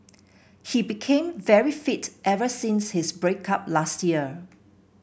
he became very fit ever since his break up last year